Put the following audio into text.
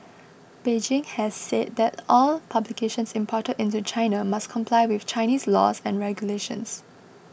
Beijing has said that all publications imported into China must comply with Chinese laws and regulations